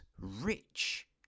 rich